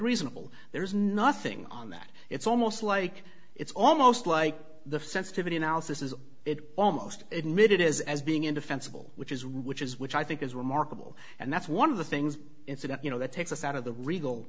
reasonable there's nothing on that it's almost like it's almost like the sensitivity analysis is it almost admitted as as being indefensible which is which is which i think is remarkable and that's one of the things incident you know that takes us out of the regal